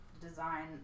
design